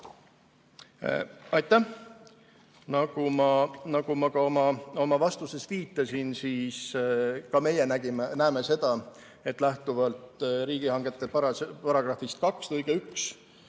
Aitäh! Nagu ma ka oma vastuses viitasin, ka meie näeme seda, et lähtuvalt riigihangete seaduse §